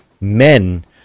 men